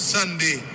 Sunday